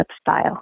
style